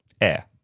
Air